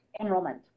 enrollment